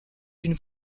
une